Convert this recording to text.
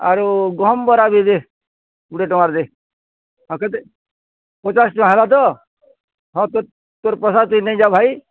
ଆରୁ ଗହମ୍ ବରା ବି ଦେ କୁଡ଼େ ଟଙ୍ଗାର୍ ଦେ ଆଉ କେତେ ପଚାଶ୍ ଟଙ୍ଗା ହେଲା ତ ହଁ ତୋ ତୋର୍ ପଏସା ତୁ ନେଇଯା ଭାଇ